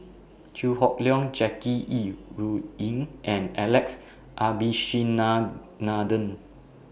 Chew Hock Leong Jackie Yi Ru Ying and Alex Abishenanaden